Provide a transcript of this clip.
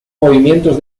movimientos